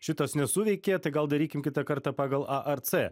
šitas nesuveikė tai gal darykim kitą kartą pagal a ar c